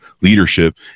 leadership